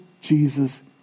Jesus